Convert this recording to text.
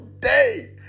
day